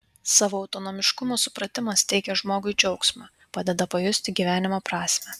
savo autonomiškumo supratimas teikia žmogui džiaugsmą padeda pajusti gyvenimo prasmę